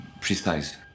precise